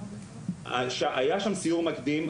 אבל היה שם סיור מקדים,